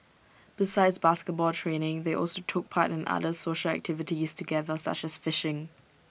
besides basketball training they also took part in other social activities together such as fishing